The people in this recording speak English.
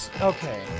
Okay